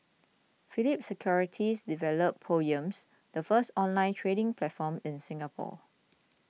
Phillip Securities developed Poems the first online trading platform in Singapore